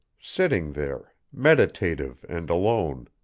sitting there, meditative and alone,